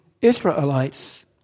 Israelites